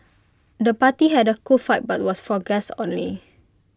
the party had A cool vibe but was for guests only